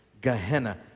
Gehenna